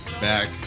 back